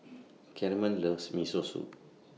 Carmen loves Miso Soup